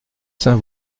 saints